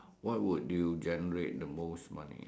what would you generate the most money